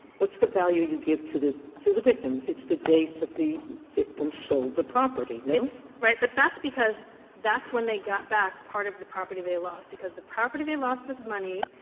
what's the value you give to the to the victim? it's the date that the victim sold the property, no? harrington it's right but that's because that's when they got back part of the property they lost, because the property they lost was money.